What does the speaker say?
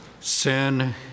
Sin